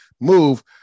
move